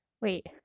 wait